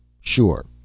Sure